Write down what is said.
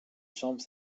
chambre